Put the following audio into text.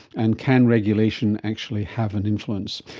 and can regulation actually have an influence?